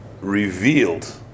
revealed